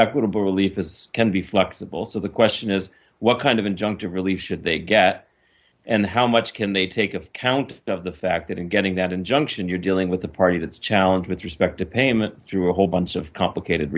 equitable relief as can be flexible so the question is what kind of injunctive relief should they get and how much can they take account of the fact that in getting that injunction you're dealing with a party that's challenge with respect to payment to a whole bunch of complicated